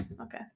okay